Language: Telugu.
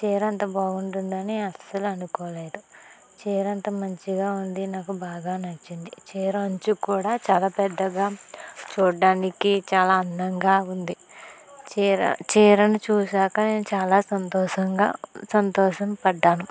చీర అంతా బాగుంటుందని అస్సలు అనుకోలేదు చీర అంతా మంచిగా ఉంది నాకు బాగా నచ్చింది చీర అంచు కూడా చాలా పెద్దగా చూడడానికి చాలా అందంగా ఉంది చీర చీరను చూశాక నేను చాలా సంతోషంగా సంతోషం పడ్డాను